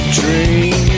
dream